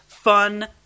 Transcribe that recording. fun